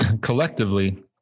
collectively